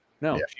no